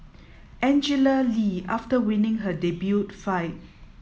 Angela Lee after winning her debut fight